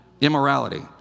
immorality